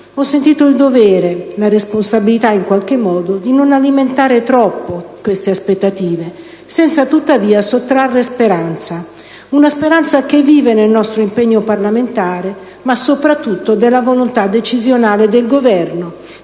ho sentito la responsabilità ed il dovere di non alimentare troppo queste aspettative, senza tuttavia sottrarre speranza. Una speranza che vive nel nostro impegno parlamentare ma soprattutto nella volontà decisionale del Governo,